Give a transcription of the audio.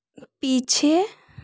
पीछे